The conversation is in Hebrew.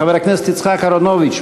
חבר הכנסת יצחק אהרונוביץ,